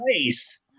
place